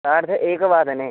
सार्ध एकवादने